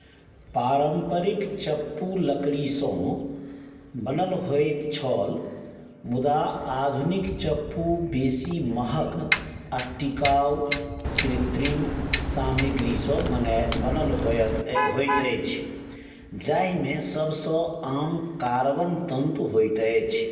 पारम्परिक चप्पू लकड़ीसँ बनल होइत छल मुदा आधुनिक चप्पू बेसी महग आ टिकाउ कृत्रिम सामग्रीसँ बनैल बनल होयत होइत अछि जाहिमे सभसँ आम कार्बन तन्तु होइत अछि